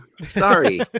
sorry